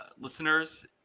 listeners